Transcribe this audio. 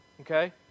okay